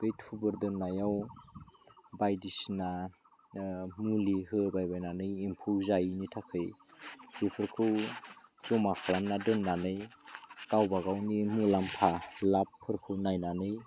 बे थुबुर दोननायाव बायदिसिना मुलि होलायबायनानै एम्फौ जायिनि थाखाय बेफोरखौ जमा खालामना दोननानै गावबा गावनि मुलाम्फा लाबफोरखौ नायनानै